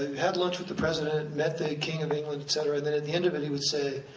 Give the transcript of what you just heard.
had lunch with the president, met the king of england, et cetera, and then at the end of it he would say,